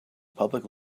public